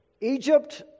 Egypt